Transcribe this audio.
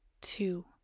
two